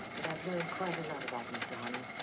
but i've learned quite a lot about mr. honey,